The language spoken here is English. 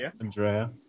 Andrea